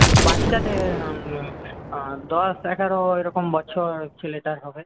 বাচ্চাদের দশ এগারো এরকম বছর ছেলেটার হবে